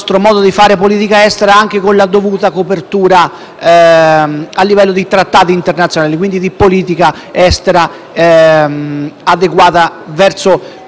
Grazie